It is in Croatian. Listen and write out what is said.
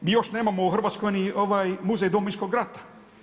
Mi još nemamo u Hrvatskoj ni muzej Domovinskog rata.